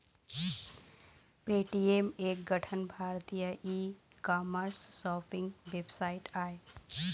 Paytm एक ठन भारतीय ई कामर्स सॉपिंग वेबसाइट आय